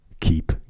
keep